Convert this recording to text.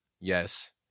Yes